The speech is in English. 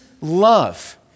love